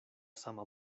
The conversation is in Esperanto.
sama